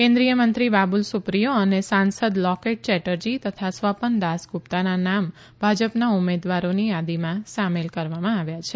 કેન્દ્રિય મંત્રી બાબુલ સુપ્રિયો અને સાંસદ લોકેટ ચેટર્જી તથા સ્વપન દાસગુપ્તાના નામ ભાજપના ઉમેદવારોની યાદીમાં સામેલ કરવામાં આવ્યા છે